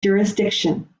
jurisdiction